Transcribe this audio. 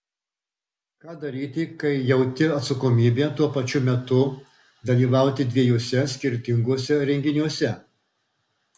ką daryti kai jauti atsakomybę tuo pačiu metu dalyvauti dviejuose skirtinguose renginiuose